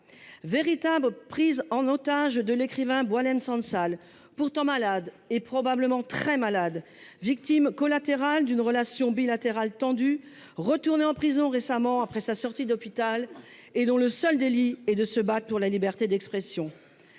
véritable prise en otage de l’écrivain Boualem Sansal, pourtant malade – et probablement très malade –, victime collatérale d’une relation bilatérale tendue, récemment retourné en prison après sa sortie d’hôpital et dont le seul délit est de se battre pour la liberté d’expression